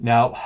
Now